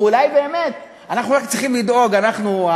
ואולי באמת אנחנו רק צריכים לדאוג, אנחנו,